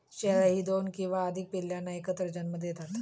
शेळ्याही दोन किंवा अधिक पिल्लांना एकत्र जन्म देतात